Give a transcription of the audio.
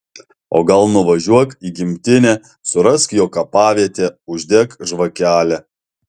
o gal nuvažiuok į gimtinę surask jo kapavietę uždek žvakelę